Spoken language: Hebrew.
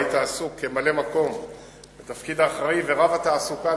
והיית עסוק בתפקיד האחראי ורב-התעסוקה